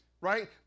Right